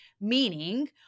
Meaning